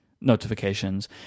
Notifications